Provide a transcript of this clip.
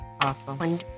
Awesome